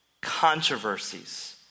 controversies